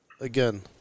again